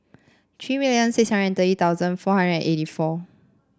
three million six hundred and thirty four thousand hundred and eighty four